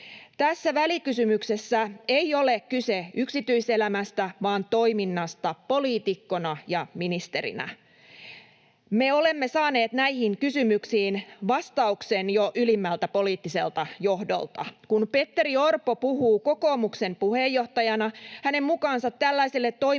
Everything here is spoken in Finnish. Tässä välikysymyksessä ei ole kyse yksityiselämästä vaan toiminnasta poliitikkona ja ministerinä. Me olemme saaneet näihin kysymyksiin vastauksen jo ylimmältä poliittiselta johdolta. Kun Petteri Orpo puhuu kokoomuksen puheenjohtajana, hänen mukaansa tällaiselle toiminnalle